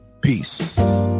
Peace